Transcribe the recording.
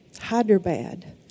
Hyderabad